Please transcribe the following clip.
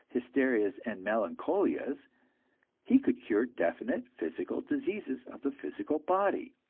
hysterias and melancholias he could cure definite physical diseases of the physical body,